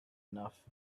enough